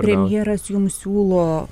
premjeras jums siūlo